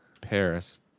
Paris